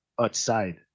outside